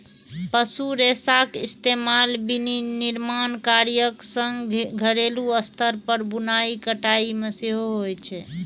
पशु रेशाक इस्तेमाल विनिर्माण कार्यक संग घरेलू स्तर पर बुनाइ कताइ मे सेहो होइ छै